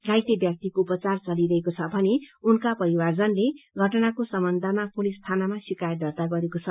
घाइते व्यक्तिको उपचार चलिरहेको छ भने उनका परिवाजनले घटनाको सम्बन्धमा पुलिस थानमा शिकायत दर्त्ता गरेको छ